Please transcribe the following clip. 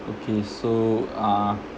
okay so uh